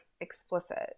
explicit